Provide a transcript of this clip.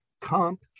Comp